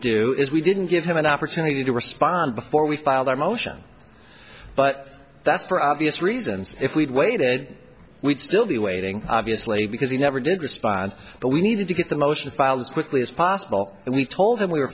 do is we didn't give him an opportunity to respond before we filed our motion but that's for obvious reasons if we'd waited we'd still be waiting obviously because he never did respond but we needed to get the motion filed as quickly as possible and we told him we were